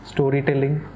Storytelling